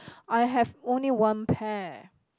I have only one pair